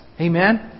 Amen